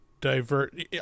divert